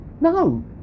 No